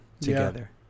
together